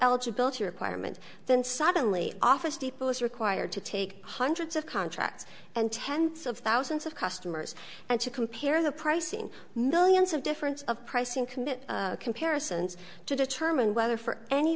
eligibility requirement then suddenly office depot is required to take hundreds of contracts and tens of thousands of customers and to compare the pricing millions of difference of pricing commit comparisons to determine whether for any